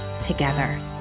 together